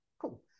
cool